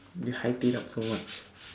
you hyped it up so much